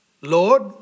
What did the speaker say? Lord